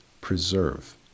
preserve